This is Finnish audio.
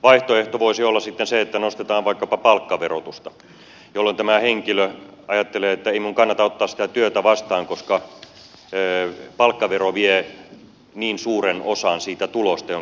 vaihtoehto voisi olla sitten se että nostetaan vaikkapa palkkaverotusta jolloin tämä henkilö ajattelee että ei minun kannata ottaa sitä työtä vastaan koska palkkavero vie niin suuren osan siitä tulosta jonka siitä työstä saa